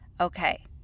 Okay